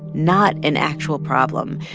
not an actual problem.